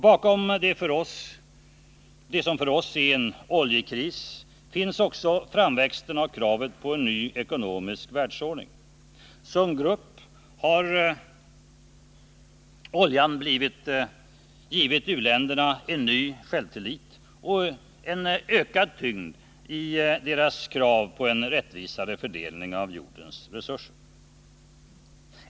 Bakom det som för oss är en oljekris finns också framväxten av kravet på en ny ekonomisk världsordning. Oljan har givit u-länderna som grupp en ny självtillit och en ökad tyngd i deras krav på en rättvisare fördelning av jordens resurser.